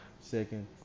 second